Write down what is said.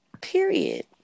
Period